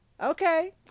okay